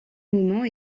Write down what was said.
moment